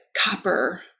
copper